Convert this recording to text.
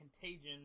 contagion